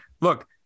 look